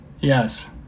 yes